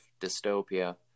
dystopia